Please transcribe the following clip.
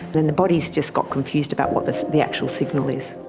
then the body's just got confused about what the the actual signal is.